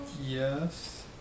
Yes